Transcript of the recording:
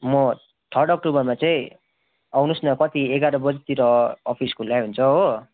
म थर्ड अक्टोबरमा चाहिँ आउनु होस् न कति एघार बजेतिर अफिस खुलै हुन्छ हो